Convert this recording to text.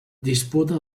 disputa